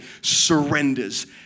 surrenders